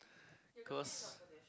cause